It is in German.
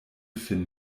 finn